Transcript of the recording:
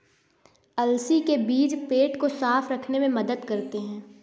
अलसी के बीज पेट को साफ़ रखने में मदद करते है